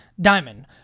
Diamond